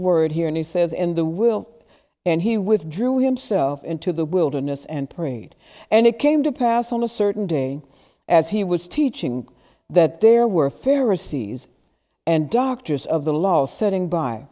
word here and he says in the will and he withdrew himself into the wilderness and prayed and it came to pass on a certain day as he was teaching that there were fairer seas and doctors of the law setting by